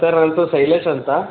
sir ನನ್ನದು ಶೈಲೇಶ್ ಅಂತ